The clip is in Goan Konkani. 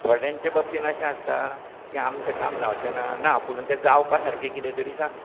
थोड्यांचा बाबतीन अशें आसता की आमचें काम जावचेंना ना पूण ते जावपा सारकेंच कितें तरी सांग